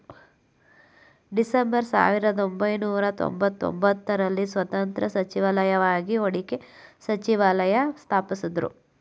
December ಸಾವಿರದಒಂಬೈನೂರ ತೊಂಬತ್ತಒಂಬತ್ತು ರಲ್ಲಿ ಸ್ವತಂತ್ರ ಸಚಿವಾಲಯವಾಗಿ ಹೂಡಿಕೆ ಸಚಿವಾಲಯ ಸ್ಥಾಪಿಸಿದ್ದ್ರು